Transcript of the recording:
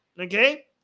okay